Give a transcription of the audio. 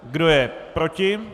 Kdo je proti?